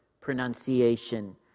pronunciation